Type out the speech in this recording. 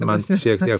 man šiek tiek